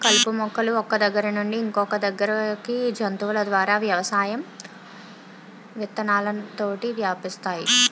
కలుపు మొక్కలు ఒక్క దగ్గర నుండి ఇంకొదగ్గరికి జంతువుల ద్వారా వ్యవసాయం విత్తనాలతోటి వ్యాపిస్తాయి